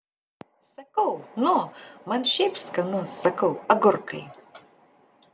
sakau nu man šiaip skanu sakau agurkai